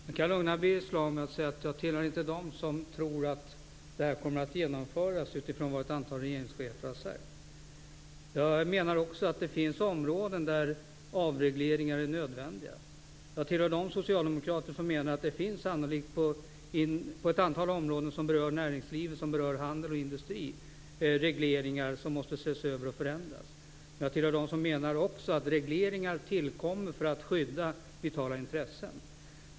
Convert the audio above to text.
Fru talman! Jag kan lugna Birger Schlaug med att jag inte tillhör dem som tror att det här kommer att genomföras utifrån vad ett antal regeringschefer har sagt. Jag menar också att det finns områden där avregleringar är nödvändiga. Jag tillhör de socialdemokrater som menar att det på ett antal områden som berör näringslivet, handel och industri sannolikt finns regleringar som måste ses över och förändras. Men jag tillhör dem som också menar att regleringar tillkommer för att skydda vitala intressen.